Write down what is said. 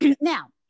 now